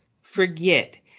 forget